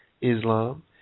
Islam